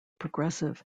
progressive